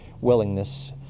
willingness